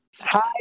Hi